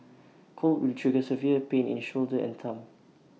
cold will trigger severe pain in shoulder and thumb